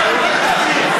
אתה עובר על התקנון.